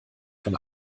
von